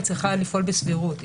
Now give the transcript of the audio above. היא צריכה לפעול בסבירות.